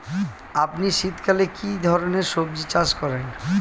আপনি শীতকালে কী ধরনের সবজী চাষ করেন?